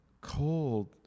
cold